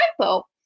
typo